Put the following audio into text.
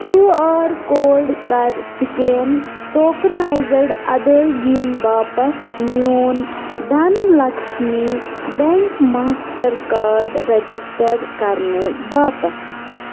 Q R code کَر scan tokenized اَدٲیی گِین باپَتھ میون Dhan Lakshmi bank Mastercard register کَرنہٕ باپَتھ